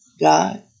God